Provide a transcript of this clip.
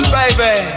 baby